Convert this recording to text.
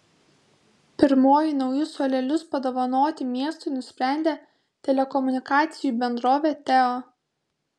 pirmoji naujus suolelius padovanoti miestui nusprendė telekomunikacijų bendrovė teo